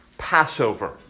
Passover